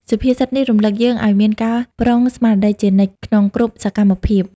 សុភាសិតនេះរំលឹកយើងឲ្យមាន ការប្រុងស្មារតីជានិច្ច ក្នុងគ្រប់សកម្មភាព។